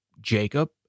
Jacob